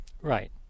Right